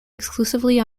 exclusively